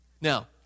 Now